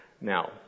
Now